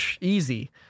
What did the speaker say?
easy